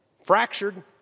Fractured